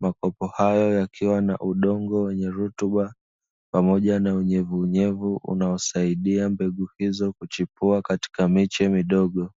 makopo hayo yakiwa na udongo wenye rutuba pamoja na unyevunyevu unaosaidia mbegu hizo kuchipua katika miche midogo.